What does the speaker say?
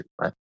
right